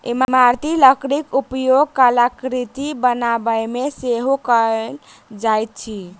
इमारती लकड़ीक उपयोग कलाकृति बनाबयमे सेहो कयल जाइत अछि